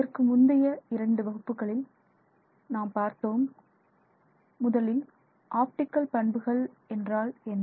இதற்கு முந்தைய இரண்டு வகுப்புகளில் நாம் பார்த்தோம் முதலில் ஆப்டிகல் பண்புகள் என்றால் என்ன